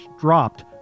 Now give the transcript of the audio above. dropped